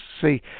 see